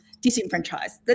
disenfranchised